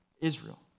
Israel